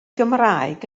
gymraeg